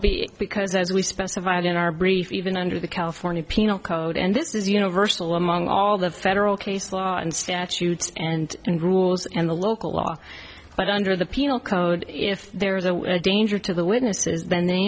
know because as we specified in our brief even under the california penal code and this is universal among all the federal case law and statutes and in rules and the local law but under the penal code if there is a danger to the witnesses